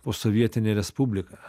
posovietinė respublika